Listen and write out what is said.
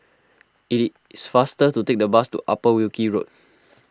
it is faster to take the bus to Upper Wilkie Road